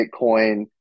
Bitcoin